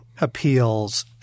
appeals